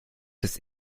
des